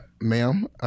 ma'am